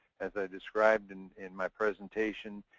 as i described and in my presentation.